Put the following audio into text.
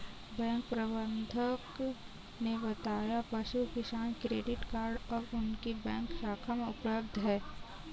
bank प्रबंधक ने बताया पशु किसान क्रेडिट कार्ड अब उनकी बैंक शाखा में उपलब्ध है